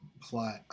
plot